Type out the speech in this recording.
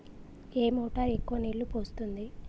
ఏ motor ఎక్కువ నీళ్లు పోస్తుంది?